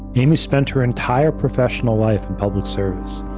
amy spent her entire professional life in public service.